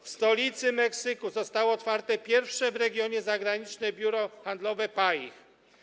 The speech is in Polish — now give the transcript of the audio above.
W stolicy Meksyku zostało otwarte pierwsze w regionie zagraniczne Biuro handlowe PAIH.